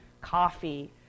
Coffee